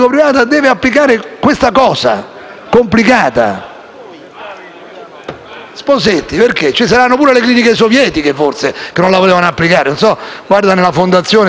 Sposetti, perché? Ci saranno pure le cliniche sovietiche, forse, che non la volevano applicare; non so, guarda nella fondazione se ne hai qualcuna. C'era anche Spallone, che faceva ben altre cose come